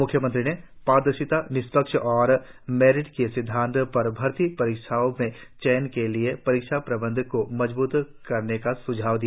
म्ख्यमंत्री ने पारदर्शी निष्पक्ष और मेरिट के सिद्वांतों पर भर्ती परीक्षाओं में चयन के लिए परीक्षा प्रबंधन को मजबूत करने का स्झाव दिया